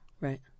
right